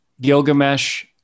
Gilgamesh